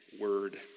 word